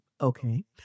Okay